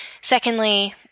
secondly